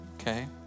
okay